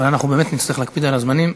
אבל אנחנו באמת נצטרך להקפיד על הזמנים.